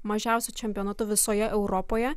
mažiausiu čempionatu visoje europoje